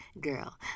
girl